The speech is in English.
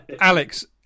Alex